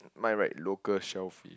mine write local shellfish